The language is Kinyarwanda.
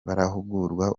barahugurwa